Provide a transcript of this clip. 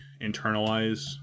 internalize